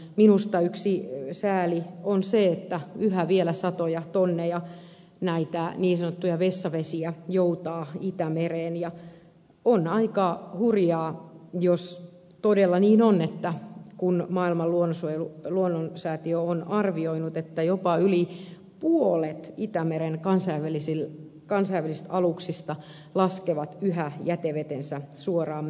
minusta yksi sääli on se että yhä vielä satoja tonneja näitä niin sanottuja vessavesiä joutaa itämereen ja on aika hurjaa jos todella niin on kuten maailman luonnonsäätiö on arvioinut että jopa yli puolet itämeren kansainvälisistä aluksista laskee yhä jätevetensä suoraan mereen